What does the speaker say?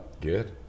Good